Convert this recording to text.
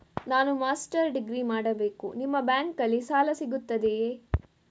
ನಾನು master degree ಮಾಡಬೇಕು, ನಿಮ್ಮ ಬ್ಯಾಂಕಲ್ಲಿ ಸಾಲ ಸಿಗುತ್ತದೆಯೇ?